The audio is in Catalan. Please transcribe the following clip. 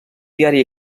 diari